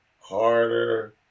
harder